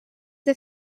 the